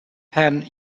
pan